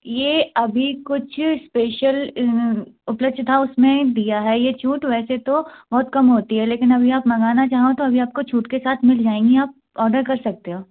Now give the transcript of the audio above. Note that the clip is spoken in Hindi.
ये अभी कुछ इस्पेशल उपलक्ष्य था उसमें दिया है ये छूट वैसे तो बहुत कम होती है लेकिन अभी आप मंगाना चाहो तो अभी आपको छूट के साथ मिल जाएंगी आप ऑडर कर सकते हो